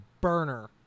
burner